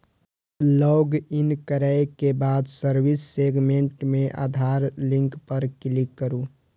login करै के बाद सर्विस सेगमेंट मे आधार लिंक पर क्लिक करू